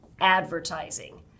advertising